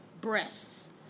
breasts